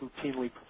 routinely